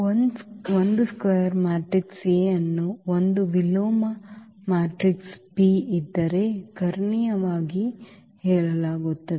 ಒಂದು ಚದರ matrix A ಅನ್ನು ಒಂದು ವಿಲೋಮ ಮ್ಯಾಟ್ರಿಕ್ಸ್ P ಇದ್ದರೆ ಕರ್ಣೀಯವಾಗಿ ಹೇಳಲಾಗುತ್ತದೆ